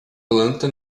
planta